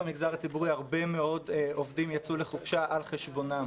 במגזר הציבורי הרבה מאוד עובדים יצאו לחופשה על חשבונם,